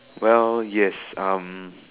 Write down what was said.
well yes um